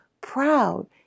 proud